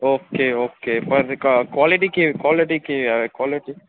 okay okay પર quality કેવી quality કેવી આવે કોલેટી